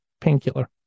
Painkiller